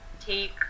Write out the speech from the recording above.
take